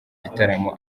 igitaramo